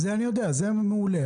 זה ידוע, זה מעולה.